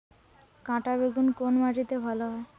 কাঁটা বেগুন কোন মাটিতে ভালো হয়?